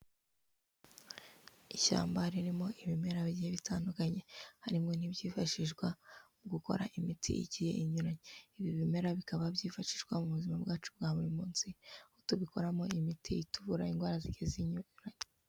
Ishyamba ririmo ibimera bigiye bitandukanye, harimo n'ibyifashishwa mu gukora imiti igiye inyuranye, ibi bimera bikaba byifashishwa mu buzima bwacu bwa buri munsi, tubikoramo imiti ituvura indwara zinyuranye.